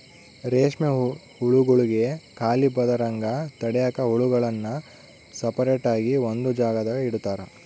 ರೇಷ್ಮೆ ಹುಳುಗುಳ್ಗೆ ಖಾಲಿ ಬರದಂಗ ತಡ್ಯಾಕ ಹುಳುಗುಳ್ನ ಸಪರೇಟ್ ಆಗಿ ಒಂದು ಜಾಗದಾಗ ಇಡುತಾರ